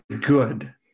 good